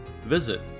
Visit